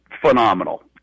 phenomenal